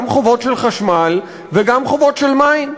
גם חובות של חשמל וגם חובות של מים.